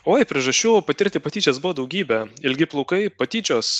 oi priežasčių patirti patyčias buvo daugybė ilgi plaukai patyčios